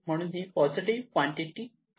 म्हणून हि positive quantity आहे